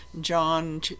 John